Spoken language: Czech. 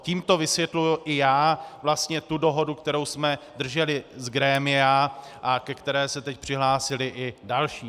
Tímto vysvětluji i já vlastně dohodu, kterou jsme drželi z grémia a ke které se teď přihlásili i další.